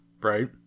right